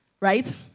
right